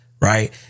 right